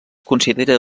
considera